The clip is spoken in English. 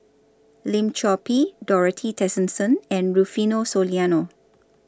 Lim Chor Pee Dorothy Tessensohn and Rufino Soliano